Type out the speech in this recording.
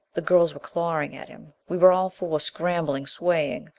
the girls were clawing at him we were all four scrambling, swaying.